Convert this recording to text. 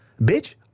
Bitch